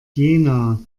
jena